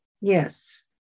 yes